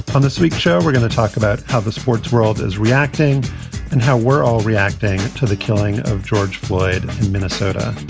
on this week's show, we're going to talk about how the sports world is reacting and how we're all reacting to the killing of george floyd in minnesota.